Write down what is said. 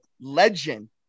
Legend